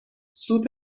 سوپ